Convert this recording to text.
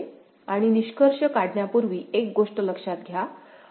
आणि निष्कर्ष काढण्यापूर्वी एक गोष्ट लक्षात घ्या